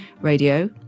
radio